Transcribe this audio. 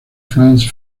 france